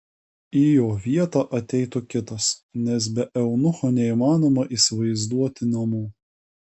į jo vietą ateitų kitas nes be eunucho neįmanoma įsivaizduoti namų